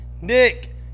Nick